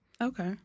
Okay